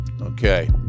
okay